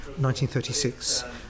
1936